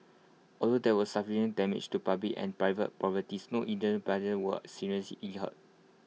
although there was substantial damage to public and private properties no innocent bystander was seriously hurt